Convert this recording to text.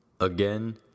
Again